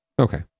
Okay